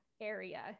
area